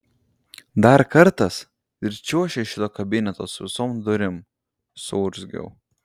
dar kartas ir čiuoši iš šito kabineto su visom durim suurzgiau